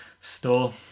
store